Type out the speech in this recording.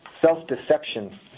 self-deception